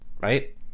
right